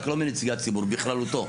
רק לא מנציגי הציבור בכללותו.